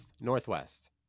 northwest